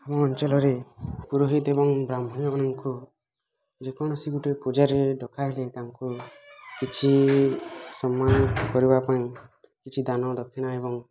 ଆମ ଅଞ୍ଚଲରେ ପୁରୋହିତ ଏବଂ ବ୍ରାହ୍ମଣମାନଙ୍କୁ ଯେକୌଣସି ଗୋଟେ ପୂଜାରେ ଡ଼କା ହେଲେ ତାଙ୍କୁ କିଛି ସମୟ କରିବା ପାଇଁ କିଛି ଦାନ ଦକ୍ଷିଣା ଏବଂ